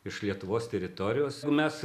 iš lietuvos teritorijos mes